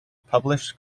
published